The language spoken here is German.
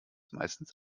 meistens